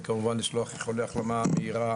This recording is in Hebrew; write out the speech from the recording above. וכמובן לשלוח איחולי החלמה מהירה